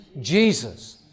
Jesus